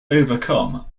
overcome